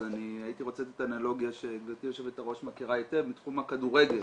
הייתי רוצה לתת אנלוגיה שגבירתי יושבת הראש מכירה היטב מתחום הכדורגל.